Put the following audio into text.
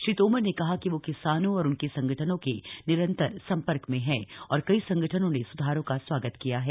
श्री तोमर ने कहा कि वह किसानों और उनके संगठनों के निरंतर संपर्क में हैं और कई संगठनों ने स्धारों का स्वागत किया है